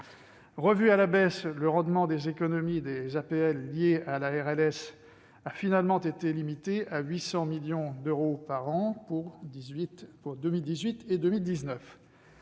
Revu à la baisse, le rendement des économies réalisées sur les APL grâce à la RLS a finalement été limité à 800 millions d'euros par an pour 2018 et 2019,